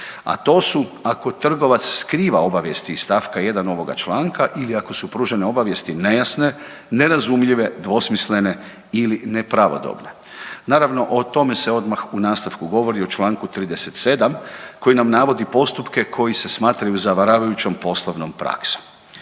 a to su ako trgovac skriva obavijesti iz st. 1. ovoga članka ili ako su pružene obavijesti nejasne, nerazumljive, dvosmislene ili nepravodobne. Naravno o tome se odmah u nastavku govori u čl. 37. koji nam navodi postupke koji se smatraju zavaravajućom poslovnom praksom.